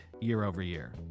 year-over-year